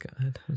god